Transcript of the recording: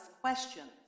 questions